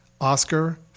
oscar